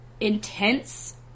intense